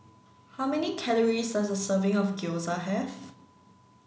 how many calories does a serving of Gyoza have